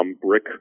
brick